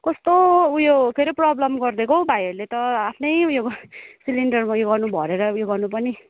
कस्तो उयो के अरे प्रब्लम गरिदिएको हौ भाइहरूले त आफ्नै उयो सिलिन्डरमा उयो गर्नु भरेर उयो गर्नु पनि